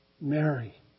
Mary